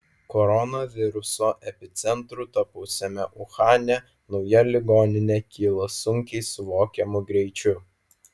koronaviruso epicentru tapusiame uhane nauja ligoninė kyla sunkiai suvokiamu greičiu